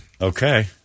Okay